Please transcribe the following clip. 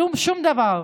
כלום, שום דבר.